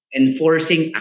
enforcing